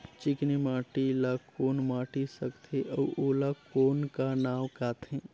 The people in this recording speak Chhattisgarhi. चिकनी माटी ला कौन माटी सकथे अउ ओला कौन का नाव काथे?